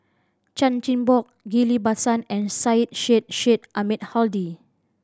Chan Chin Bock Ghillie Basan and Syed Sheikh Sheikh Ahmad Hadi